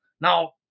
Now